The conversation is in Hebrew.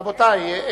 רבותי,